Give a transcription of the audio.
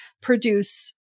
produce